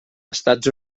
estats